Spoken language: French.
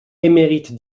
émérite